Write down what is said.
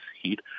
heat